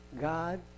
God